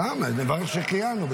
סתם, לברך שהחיינו.